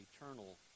eternal